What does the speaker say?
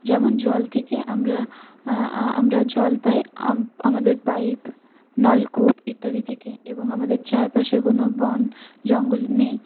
যেমন জল থেকে আমরা আমরা জল পাই আম আমাদের পাইপ নলকূপ ইত্যাদি থেকে এবং আমাদের চারপাশে কোন বন জঙ্গল নেই